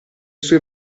sue